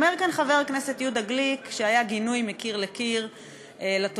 אומר כאן חבר הכנסת יהודה גליק שהיה גינוי מקיר לקיר לתופעה,